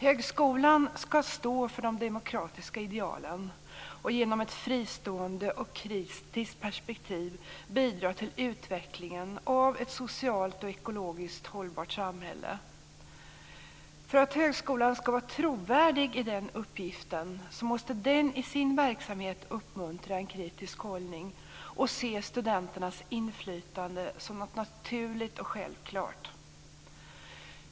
Högskolan ska stå för de demokratiska idealen och genom ett fristående och kritiskt perspektiv bidra till utvecklingen av ett socialt och ekologiskt hållbart samhälle. För att högskolan ska vara trovärdig i den uppgiften måste den i sin verksamhet uppmuntra en kritisk hållning och se studenternas inflytande som något naturligt och självklart.